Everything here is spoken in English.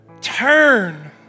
turn